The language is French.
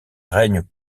règnent